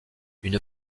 une